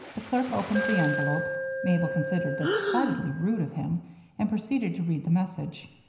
the clerk opened the envelope mabel considered this decidedly rude of him and proceeded to read the message.